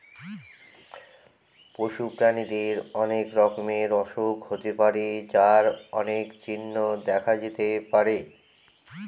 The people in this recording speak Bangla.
পশু প্রাণীদের অনেক রকমের অসুখ হতে পারে যার অনেক চিহ্ন দেখা যেতে পারে